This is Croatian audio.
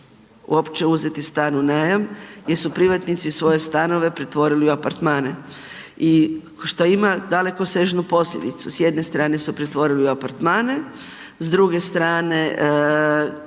uopće uzeti stan u najam jer su privatnici svoje stanove pretvorili u apartmane i što ima dalekosežnu posljedicu, s jedne strane su pretvorili u apartmane, s druge strane,